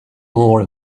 more